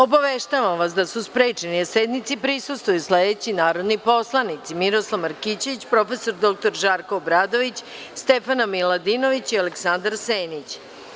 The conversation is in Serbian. Obaveštavam vas da su sprečeni da sednici prisustvuju sledeći narodni poslanici: Miroslav Markićević, prof. dr Žarko Obradović, Stefana Miladinović i Aleksandar Senić.